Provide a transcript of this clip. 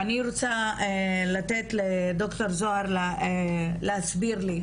אני רוצה לתת לד"ר זהר להסביר לי,